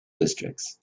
districts